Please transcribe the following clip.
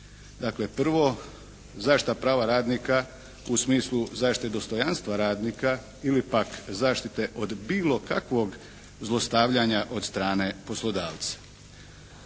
Dakle prvo zaštita prava radnika u smislu zaštite dostojanstva radnika ili pak zaštite od bilo kakvog zlostavljanja od strane poslodavca.